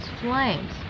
flames